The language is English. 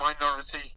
minority